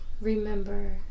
remember